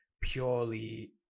purely